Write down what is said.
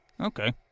Okay